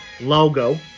logo